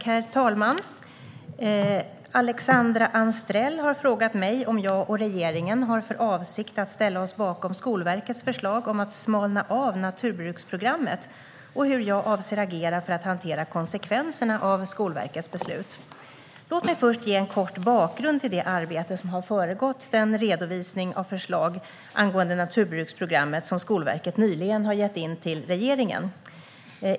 Herr talman! Alexandra Anstrell har frågat mig om jag och regeringen har för avsikt att ställa oss bakom Skolverkets förslag om att smalna av naturbruksprogrammet och hur jag avser att agera för att hantera konsekvenserna av Skolverkets beslut. Låt mig först ge en kort bakgrund till det arbete som har föregått den redovisning av förslag angående naturbruksprogrammet som Skolverket nyligen lämnat till regeringen.